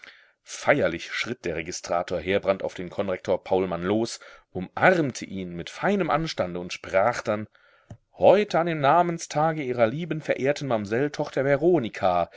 feierlich schritt der registrator heerbrand auf den konrektor paulmann los umarmte ihn mit feinem anstande und sprach dann heute an dem namenstage ihrer lieben verehrten mamsell tochter veronika